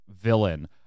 villain